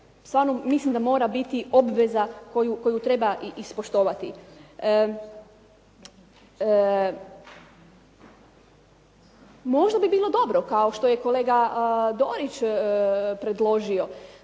stvarno mislim da mora biti obveza koju treba ispoštovati. Možda bi bilo dobro, kao što je kolega Dorić predložio,